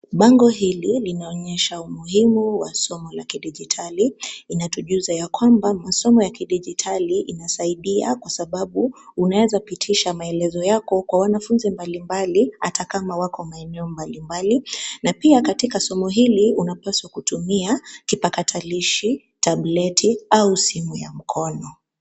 Bango hili linaonyesha umuhimu wa somo la kidijitali, inatujuza ya kwamba masomo ya kidijitali inasaidia kwa sababu unaeza pitisha maelezo yako kwa wanafunzi mbalimbali ata kama wako maeneo mbalimbali, na pia katika somo hili unapaswa kutumia kipakatalishi, tableti au simu ya mkono.